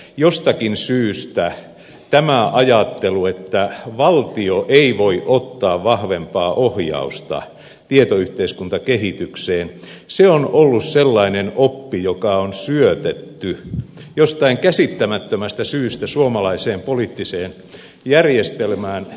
jostakin syystä tämä ajattelu että valtio ei voi ottaa vahvempaa ohjausta tietoyhteiskuntakehitykseen on ollut sellainen oppi joka on syötetty jostain käsittämättömästä syystä suomalaiseen poliittiseen järjestelmään